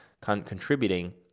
contributing